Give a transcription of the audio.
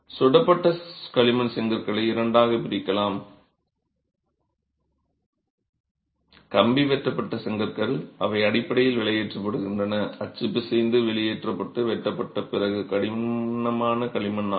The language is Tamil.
சுடப்பட்ட களிமண் செங்கற்களை இரண்டாகப் பிரிக்கலாம் கம்பி வெட்டப்பட்ட செங்கற்கள் அவை அடிப்படையில் வெளியேற்றப்படுகின்றன அச்சு பிசைந்து வெளியேற்றப்பட்டு வெட்டப்பட்ட பிறகு கடினமான களிமண்ணாகும்